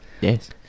yes